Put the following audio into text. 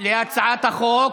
על הצעת החוק.